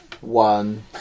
One